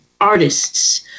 artists